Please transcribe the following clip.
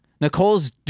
Nicole's